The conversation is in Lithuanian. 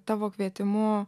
tavo kvietimu